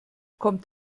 kommt